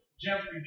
Jeffrey